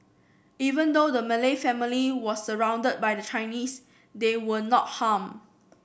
even though the Malay family was surrounded by the Chinese they were not harmed